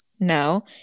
No